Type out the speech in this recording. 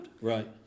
right